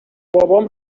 بابام